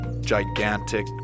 gigantic